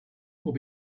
will